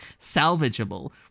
salvageable